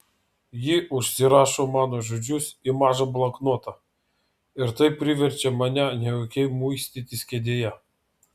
ji užsirašo mano žodžius į mažą bloknotą ir tai priverčia mane nejaukiai muistytis kėdėje